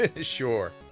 Sure